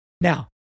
Now